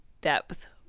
depth